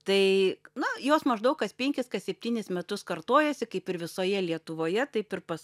tai nu jos maždaug kas penkis kas septynis metus kartojasi kaip ir visoje lietuvoje taip ir pas